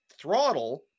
throttle